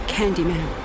Candyman